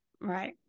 Right